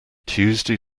tuesday